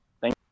Thank